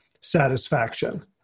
satisfaction